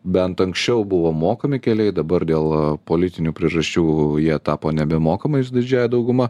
bent anksčiau buvo mokami keliai dabar dėl politinių priežasčių jie tapo nebemokamais didžiąja dauguma